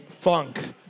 Funk